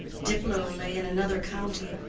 diplow lay in another county,